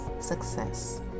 success